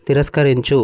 తిరస్కరించు